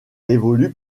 évolue